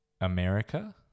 America